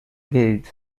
gained